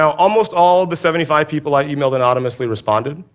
um almost all of the seventy five people i emailed anonymously responded.